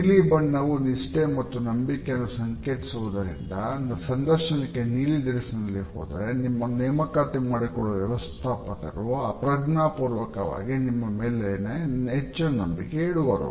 ನೀಲಿ ಬಣ್ಣವು ನಿಷ್ಠೆ ಮತ್ತು ನಂಬಿಕೆಯನ್ನು ಸಂಕೇತಿಸುವುದರಿಂದ ಸಂದರ್ಶನಕ್ಕೆ ನೀಲಿ ದಿರಿಸಿನಲ್ಲಿ ಹೋದರೆ ನಿಮ್ಮನ್ನು ನೇಮಕಾತಿ ಮಾಡಿಕೊಳ್ಳುವ ವ್ಯವಸ್ಥಾಪಕರು ಅಪ್ರಜ್ಞಾಪೂರ್ವಕವಾಗಿ ನಿಮ್ಮ ಮೇಲೆ ಹೆಚ್ಚಿನ ನಂಬಿಕೆ ಇಡುವರು